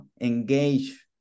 engage